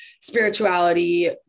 spirituality